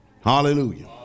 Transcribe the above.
Hallelujah